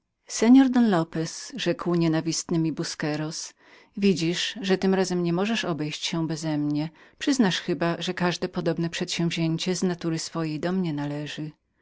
don lopez rzekł nienawistny mi busqueros widzisz że w tym razie nie możesz obejść się bezemnie każde podobne przedsięwzięcie z natury swojej do mnie należy